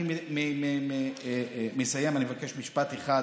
אני מסיים ומבקש משפט אחד.